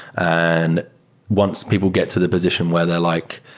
and once people get to the position where they're like,